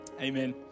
Amen